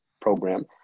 program